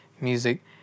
music